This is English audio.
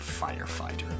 firefighter